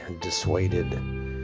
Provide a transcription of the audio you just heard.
dissuaded